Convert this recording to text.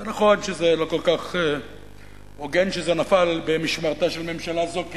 זה נכון שזה לא כל כך הוגן שזה נפל במשמרתה של ממשלה זו,